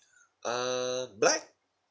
ah black